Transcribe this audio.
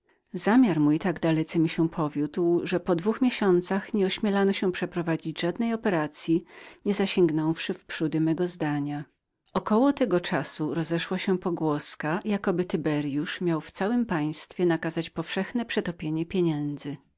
zamiar mój tak dalece mi się powiódł że po dwóch miesiącach ze wszystkiemi sprawami tego rodzaju odnoszono się do mego zdania około tego czasu rozeszła się pogłoska jakoby tyberyusz miał w całem państwie nakazać powszechne przetopienie pieniędzy